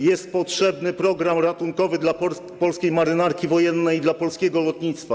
Jest potrzebny program ratunkowy dla polskiej Marynarki Wojennej i dla polskiego lotnictwa.